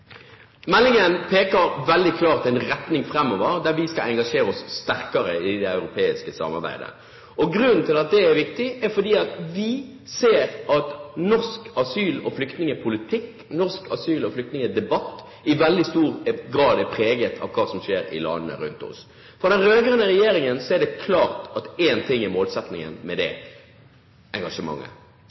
Meldingen peker veldig klart i en retning framover, der vi skal engasjere oss sterkere i det europeiske samarbeidet. Grunnen til at det er viktig, er at vi ser at norsk asyl- og flyktningpolitikk og norsk asyl- og flyktningdebatt i veldig stor grad er preget av hva som skjer i landene rundt oss. For den rød-grønne regjeringen er det klart at målsettingen med det engasjementet er at vi skal være med